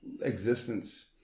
existence